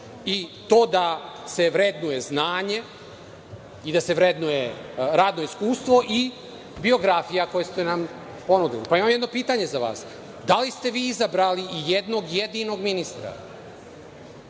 i to da se vrednuje znanje i da se vrednuje radno iskustvo i biografija koje ste nam ponudili. Imam jedno pitanje za vas – da li ste vi izabrali ijednog jedinog ministra?